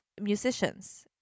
musicians